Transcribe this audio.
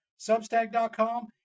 Substack.com